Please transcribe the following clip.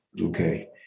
Okay